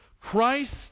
Christ